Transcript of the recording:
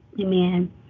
Amen